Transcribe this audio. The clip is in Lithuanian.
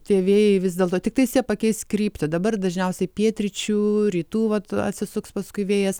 tie vėjai vis dėlto tiktais jie pakeis kryptį dabar dažniausiai pietryčių rytų vat atsisuks paskui vėjas